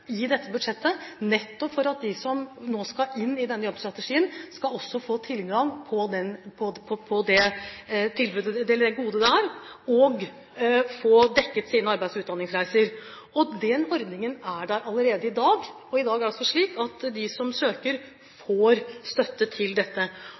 at de som nå skal inn i denne jobbstrategien, også skal få tilgang på det godet det er, og få dekket sine arbeids- og utdanningsreiser. Den ordningen er der allerede i dag. I dag er det altså slik at de som søker,